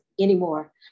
anymore